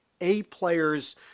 A-players